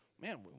man